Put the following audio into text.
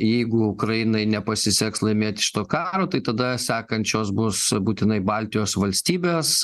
jeigu ukrainai nepasiseks laimėti šito karo tai tada sakančios bus būtinai baltijos valstybės